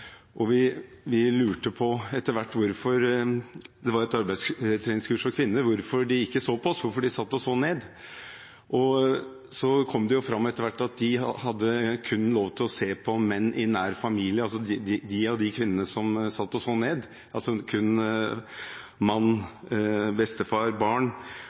– og vi lurte etter hvert på hvorfor de ikke så på oss, hvorfor de satt og så ned. Så kom det fram at de kun hadde lov til å se på menn i nær familie, som ektemann, bestefar, barn,